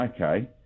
Okay